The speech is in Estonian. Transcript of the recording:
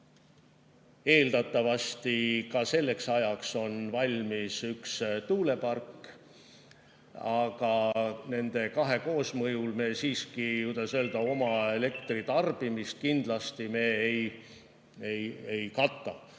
Eeldatavasti on selleks ajaks valmis ka üks tuulepark. Aga nende kahe koosmõjul me siiski, kuidas öelda, oma elektritarbimist kindlasti ei kata. Nüüd,